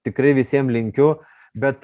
tikrai visiem linkiu bet